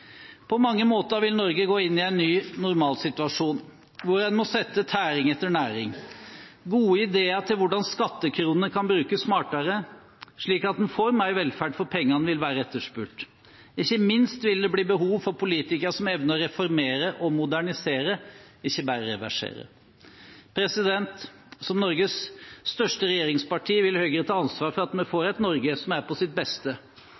På mange måter vil Norge gå inn i en ny normalsituasjon, hvor en må sette tæring etter næring. Gode ideer til hvordan skattekronene kan brukes smartere, slik at en får mer velferd for pengene, vil være etterspurt. Ikke minst vil det bli behov for politikere som evner å reformere og modernisere, ikke bare reversere. Som Norges største regjeringsparti vil Høyre ta ansvar for at vi får et Norge som er på sitt beste.